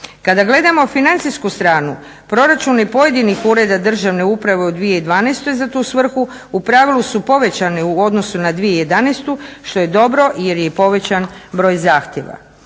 Kada gledamo financijsku stranu proračune pojedinih ureda državne uprave u 2012.za tu svrhu u pravilu su povećani u odnosu na 2011.što je i dobro jer je i povećan broj zahtjeva.